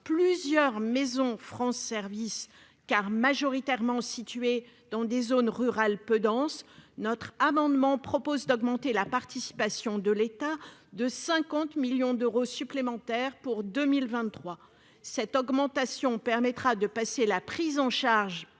plusieurs maisons France service car majoritairement situés dans des zones rurales peu denses notre amendement propose d'augmenter la participation de l'État de 50 millions d'euros supplémentaires pour 2023 cette augmentation permettra de passer la prise en charge